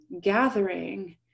gathering